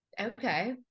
okay